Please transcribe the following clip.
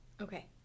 Okay